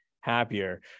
happier